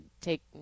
take